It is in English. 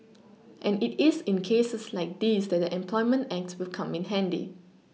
and it is in cases like these that the employment act will come in handy